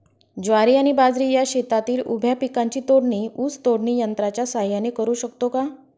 ज्वारी आणि बाजरी या शेतातील उभ्या पिकांची तोडणी ऊस तोडणी यंत्राच्या सहाय्याने करु शकतो का?